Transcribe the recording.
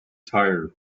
tire